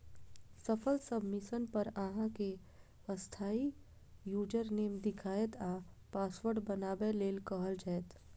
सफल सबमिशन पर अहां कें अस्थायी यूजरनेम देखायत आ पासवर्ड बनबै लेल कहल जायत